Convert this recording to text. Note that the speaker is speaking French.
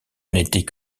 n’étaient